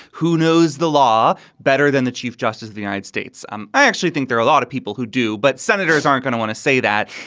who knows the law better than the chief justice of the united states. um i actually think there are a lot of people who do, but. senators aren't going to want to say that.